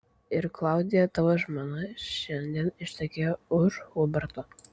ir klaudija tavo žmona šiandien ištekėjo už huberto